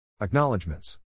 Acknowledgements